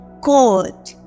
God